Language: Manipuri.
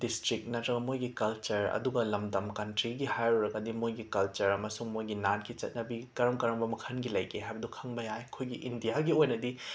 ꯗꯤꯁꯇ꯭ꯔꯤꯛ ꯅꯠꯇ꯭ꯔꯒ ꯃꯣꯏꯒꯤ ꯀꯜꯆꯔ ꯑꯗꯨꯒ ꯂꯝꯗꯝ ꯀꯟꯇ꯭ꯔꯤꯒꯤ ꯍꯥꯏꯔꯨꯔꯒꯗꯤ ꯃꯣꯏꯒꯤ ꯀꯜꯆꯔ ꯑꯃꯁꯨꯡ ꯃꯣꯏꯒꯤ ꯅꯥꯠꯀꯤ ꯆꯠꯅꯕꯤ ꯀꯔꯝ ꯔꯝꯕ ꯃꯈꯜꯒꯤ ꯂꯩꯒꯦ ꯍꯥꯏꯕꯗꯨ ꯈꯪꯕ ꯌꯥꯏ ꯑꯩꯈꯣꯏꯒꯤ ꯏꯟꯗꯤꯌꯥꯒꯤ ꯑꯣꯏꯅꯗꯤ